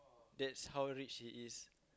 that's how rich he is